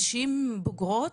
נשים בוגרות,